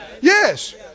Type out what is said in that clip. yes